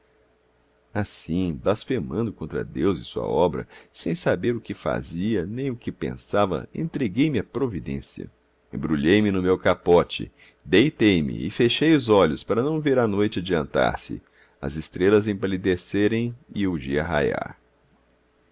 passo assim blasfemando contra deus e sua obra sem saber o que fazia nem o que pensava entreguei me à providência embrulhei me no meu capote deitei me e fechei os olhos para não ver a noite adiantar se as estrelas empalidecerem e o dia